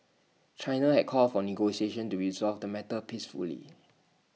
China has called for negotiations to resolve the matter peacefully